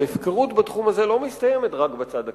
ההפקרות בתחום הזה לא מסתיימת רק בצד הכספי,